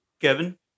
Kevin